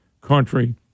country